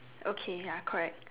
okay ya correct